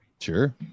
Sure